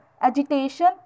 agitation